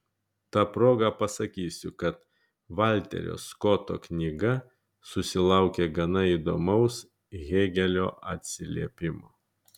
ta proga pasakysiu kad valterio skoto knyga susilaukė gana įdomaus hėgelio atsiliepimo